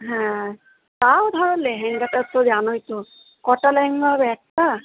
হ্যাঁ তাও ধরো লেহেঙ্গাটার তো জানোই তো কটা লেহেঙ্গা হবে একটা